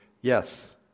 yes